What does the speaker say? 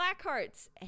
Blackhearts